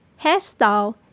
hairstyle